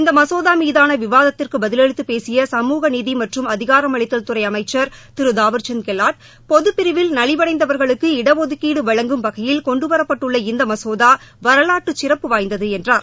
இந்த மசோதா மீதான விவாதத்திற்கு பதிலளித்து பேசிய சமூக நீதி மற்றும் அதிகாரமளித்தல் துறை அமைச்சர் திர தாவர்சந்த் கெலாட் பொதுப் பிரிவில் நலிவடைந்தவர்களுக்கு இடஒதுக்கீடு வழங்கும் வகையில் கொண்டுவரப்பட்டுள்ள இந்த மசோதா வரவாற்றுச் சிறப்பு வாய்ந்தது என்றார்